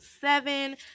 seven